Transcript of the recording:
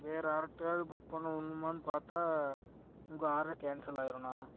வேறு யார்கிட்டையாவது புக் பண்ணுவோமான்னு பார்த்தா உங்கள் ஆர்ட்ரை கேன்சல் ஆகிடுண்ணா